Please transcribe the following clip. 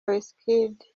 wizkid